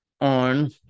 on